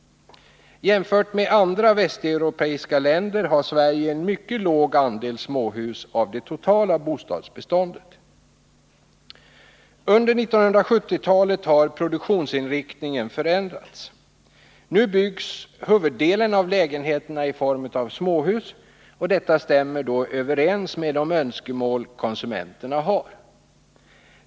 Jämfört med andra västeuropeiska länder har Sverige en mycket låg andel småhus av det totala bostadsbeståndet. Under 1970-talet har produktionsinriktningen förändrats. Nu byggs huvuddelen av lägenheterna i form av småhus, och detta stämmer överens med de önskemål konsumenterna har.